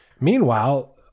Meanwhile